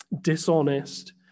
dishonest